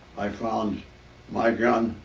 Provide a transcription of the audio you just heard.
i found my gun,